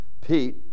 Pete